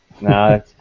No